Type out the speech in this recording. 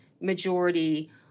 majority